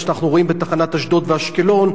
שאנחנו רואים בתחנת אשדוד ואשקלון,